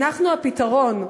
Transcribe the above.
אנחנו הפתרון.